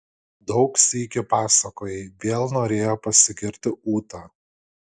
daug sykių pasakojai vėl norėjo pasigirti ūta